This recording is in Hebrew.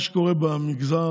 מה שקורה במגזר,